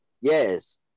Yes